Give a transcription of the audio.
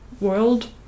world